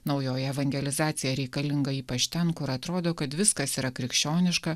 naujoji evangelizacija reikalinga ypač ten kur atrodo kad viskas yra krikščioniška